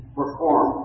perform